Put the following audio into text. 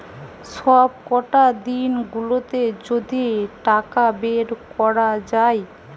সবকটা দিন গুলাতে যদি টাকা বের কোরা যায়